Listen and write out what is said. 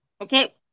Okay